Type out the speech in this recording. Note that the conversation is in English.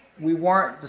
we weren't,